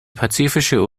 pazifische